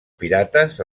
pirates